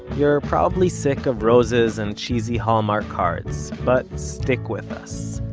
you're probably sick of roses and cheesy hallmark cards, but stick with us,